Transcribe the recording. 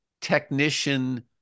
technician